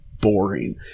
boring